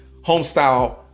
homestyle